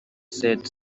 said